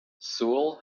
seoul